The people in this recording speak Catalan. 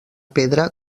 pedra